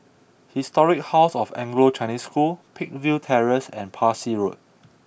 Historic House of Anglo Chinese School Peakville Terrace and Parsi Road